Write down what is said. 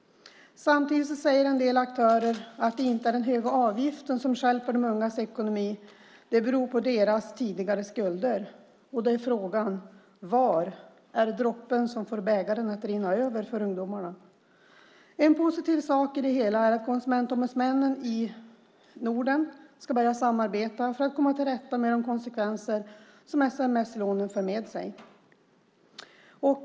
Samtidigt säger en del aktörer att det inte är den höga avgiften som stjälper de ungas ekonomi, utan det är deras tidigare skulder. Frågan är: Var är droppen som får bägaren att rinna över för ungdomarna? En positiv sak i det hela är att konsumentombudsmännen i Norden ska börja samarbeta för att komma till rätta med de konsekvenser som sms-lånen för med sig.